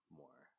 more